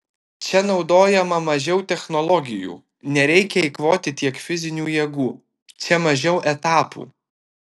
čia naudojama mažiau technologijų nereikia eikvoti tiek fizinių jėgų čia mažiau etapų